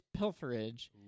pilferage